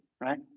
right